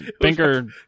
binker